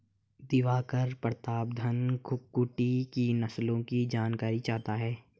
दिवाकर प्रतापधन कुक्कुट की नस्लों की जानकारी चाहता है